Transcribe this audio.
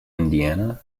indiana